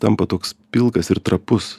tampa toks pilkas ir trapus